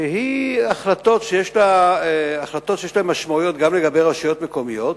שיש להן משמעויות גם לגבי רשויות מקומיות,